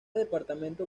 departamento